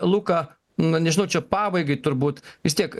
luka na nežinau čia pabaigai turbūt vis tiek